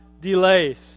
delays